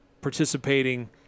participating